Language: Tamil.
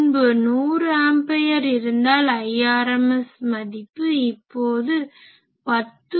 முன்பு 100 ஆம்பயர் இருந்த Irms மதிப்பு இப்போது 10